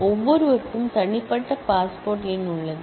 ஒவ்வொருவருக்கும் unique passport எண் உள்ளது